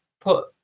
put